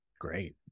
great